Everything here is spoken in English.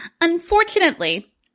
Unfortunately